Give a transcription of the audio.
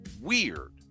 weird